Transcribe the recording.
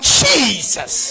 jesus